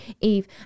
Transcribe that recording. Eve